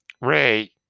ray